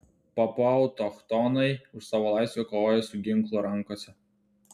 papua autochtonai už savo laisvę kovoja su ginklu rankose